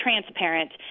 transparent